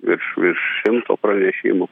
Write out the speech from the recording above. virš virš šimto pranešimų